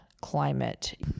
climate